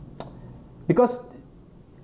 because